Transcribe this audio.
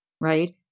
right